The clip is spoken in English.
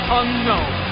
unknown